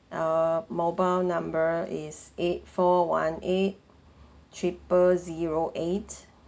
err mobile number is eight four one eight triple zero eight